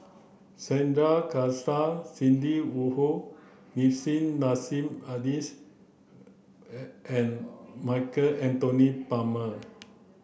Sandrasegaran Sidney Woodhull Nissim Nassim Adis and Michael Anthony Palmer